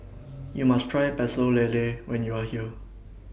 YOU must Try Pecel Lele when YOU Are here